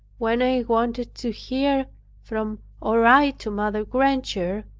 when i wanted to hear from, or write to mother granger,